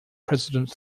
president